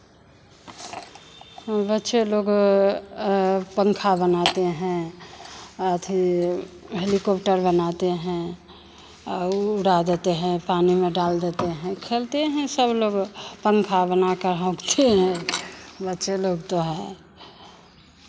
बच्चे लोग पंखा बनाते हैं अथी हेलिकोप्टर बनाते हैं आ वो उड़ा देते हैं पानी में डाल देते हैं खेलते हैं सब लोग पंखा बना कर होंकते हैं बच्चे लोग तो हैं